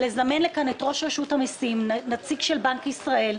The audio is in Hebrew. לזמן לכאן את ראש רשות המיסים, נציג של בנק ישראל,